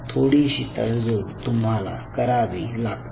थोडीशी तडजोड तुम्हाला करावी लागते